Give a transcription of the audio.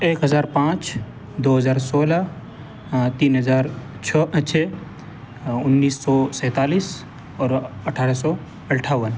ایک ہزار پانچ دو ہزار سولہ تین ہزار چھو چھ انیس سو سینتالیس اور اٹھارہ سو اٹھاون